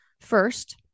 First